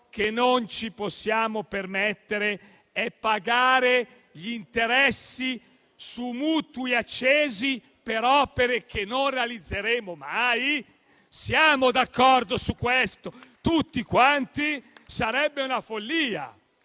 che non ci possiamo permettere è pagare gli interessi su mutui accesi per opere che non realizzeremo mai? Su questo siamo d'accordo tutti quanti? Sarebbe una follia.